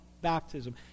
baptism